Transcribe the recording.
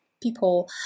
people